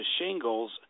shingles